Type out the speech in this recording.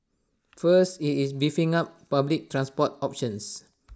first IT is beefing up public transport options